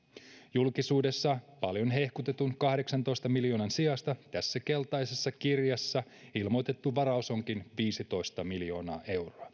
julkisuudessa paljon hehkutetun kahdeksantoista miljoonan sijasta tässä keltaisessa kirjassa ilmoitettu varaus onkin viisitoista miljoonaa euroa